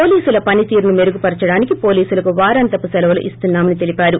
పోలీస్టుల పనితీరున్టో మెరుగు పరచడానికి పోలీసులకు వారాంతపు సెలవులు ఇస్తున్నా మని తెలిపారు